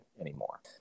anymore